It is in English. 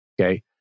Okay